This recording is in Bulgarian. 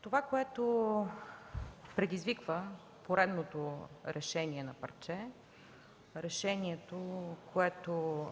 Това, което предизвиква поредното решение на парче – решение, което